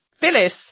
Phyllis